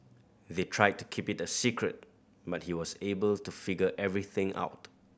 they tried to keep it a secret but he was able to figure everything out